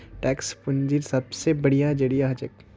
tax पूंजीर सबसे बढ़िया जरिया हछेक